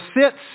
sits